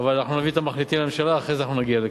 אבל אנחנו נביא את המחליטים לממשלה ואחרי זה אנחנו נגיע לכאן.